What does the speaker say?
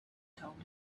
told